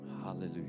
hallelujah